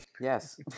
Yes